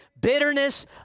bitterness